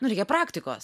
nu reikia praktikos